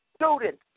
students